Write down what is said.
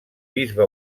bisbe